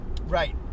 Right